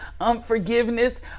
unforgiveness